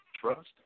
trust